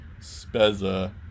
Spezza